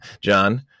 John